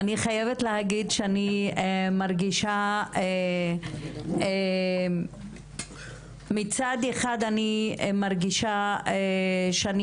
אני חייבת להגיד שמצד אחד אני מרגישה שאני